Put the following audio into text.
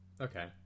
Okay